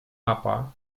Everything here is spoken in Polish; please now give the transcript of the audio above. papa